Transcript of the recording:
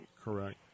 Correct